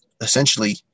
essentially